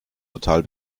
total